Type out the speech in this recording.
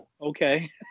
okay